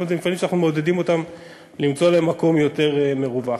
כלומר מפעלים שאנחנו מעודדים אותם למצוא להם מקום יותר מרווח.